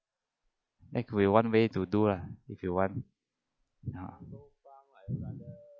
that could be one way to do lah if you want ah